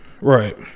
Right